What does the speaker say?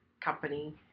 company